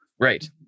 Right